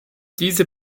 diese